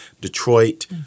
Detroit